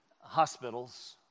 hospitals